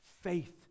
Faith